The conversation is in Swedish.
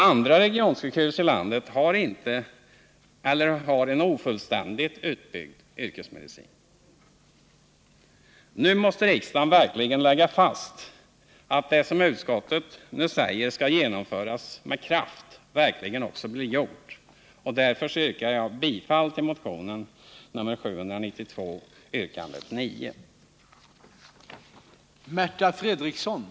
Andra regionsjukhus i landet har ingen eller ofullständigt utbyggd yrkesmedicin. Nu måste riksdagen verkligen se till att det som utskottet säger skall genomföras med kraft, verkligen också blir gjort. Därför yrkar jag bifall till motionen 1978/79:792 yrkande 9.